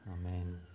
Amen